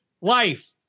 life